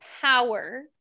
power